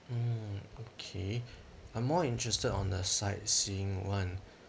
mm okay I'm more interested on the sightseeing one